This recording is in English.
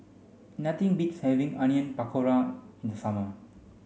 nothing beats having Onion Pakora in the summer